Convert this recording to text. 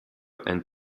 and